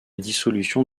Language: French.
dissolution